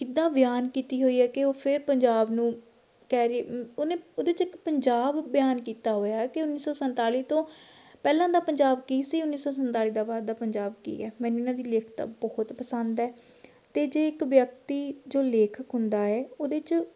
ਕਿੱਦਾਂ ਬਿਆਨ ਕੀਤੀ ਹੋਈ ਹੈ ਕਿ ਉਹ ਫਿਰ ਪੰਜਾਬ ਨੂੰ ਕਹਿ ਉਹਨੇ ਉਹਦੇ 'ਚ ਇੱਕ ਪੰਜਾਬ ਬਿਆਨ ਕੀਤਾ ਹੋਇਆ ਕਿ ਉੱਨੀ ਸੌ ਸੰਤਾਲੀ ਤੋਂ ਪਹਿਲਾਂ ਦਾ ਪੰਜਾਬ ਕੀ ਸੀ ਉੱਨੀ ਸੌ ਸੰਨਤਾਲੀ ਦਾ ਬਾਅਦ ਦਾ ਪੰਜਾਬ ਕੀ ਹੈ ਮੈਨੂੰ ਇਹਨਾਂ ਦੀ ਲਿਖਤਾਂ ਬਹੁਤ ਪਸੰਦ ਹੈ ਅਤੇ ਜੇ ਇੱਕ ਵਿਅਕਤੀ ਜੋ ਲੇਖਕ ਹੁੰਦਾ ਏ ਉਹਦੇ 'ਚ